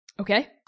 Okay